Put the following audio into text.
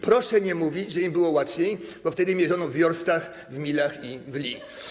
Proszę nie mówić, że im było łatwiej, bo wtedy mierzono we wiorstach, w milach i w li.